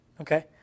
Okay